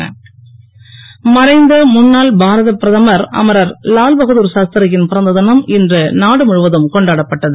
லால்பகதூர் சாஸ்திரி மறைந்த முன்னாள் பாரத பிரதமர் அமரர் லால்பகதூர் சாஸ்திரியின் பிறந்த தினம் இன்று நாடு முழுவதும் கொண்டாடப்பட்டது